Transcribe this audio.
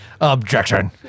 Objection